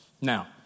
Now